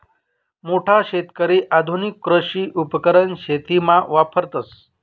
मोठा शेतकरी आधुनिक कृषी उपकरण शेतीमा वापरतस